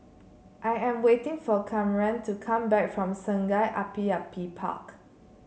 I am waiting for Kamren to come back from Sungei Api Api Park